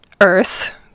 earth